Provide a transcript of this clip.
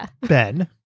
Ben